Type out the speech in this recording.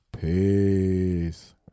Peace